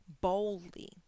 boldly